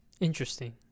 Interesting